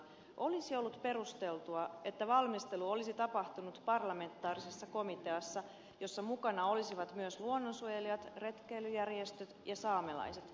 olisi ollut perusteltua että valmistelu olisi tapahtunut parlamentaarisessa komiteassa jossa mukana olisivat myös luonnonsuojelijat retkeilyjärjestöt ja saamelaiset